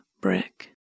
brick